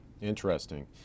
Interesting